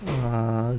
uh